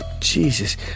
Jesus